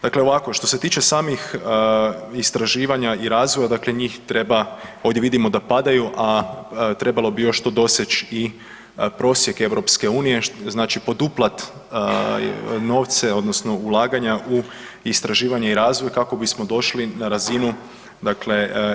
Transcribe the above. Dakle, ovako što se tiče samih istraživanja i razvoja njih treba ovdje vidimo da padaju, a trebalo bi to još doseć i prosjek EU, znači poduplat novce odnosno ulaganja u istraživanje i razvoj kako bismo došli na razinu EU.